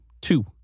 two